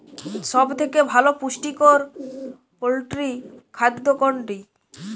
সব থেকে ভালো পুষ্টিকর পোল্ট্রী খাদ্য কোনটি?